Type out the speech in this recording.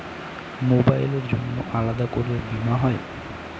মোবাইলের জন্য আলাদা করে বীমা হয়?